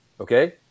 okay